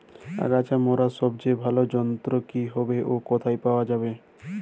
আগাছা মারার সবচেয়ে ভালো যন্ত্র কি হবে ও কোথায় পাওয়া যাবে?